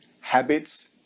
habits